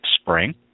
spring